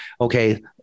Okay